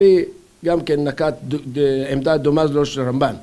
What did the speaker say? וגם כן נקט עמדה דומה לזו של רמבן.